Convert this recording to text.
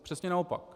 Přesně naopak.